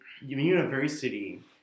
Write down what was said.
university